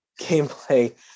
gameplay